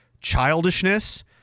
childishness